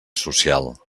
social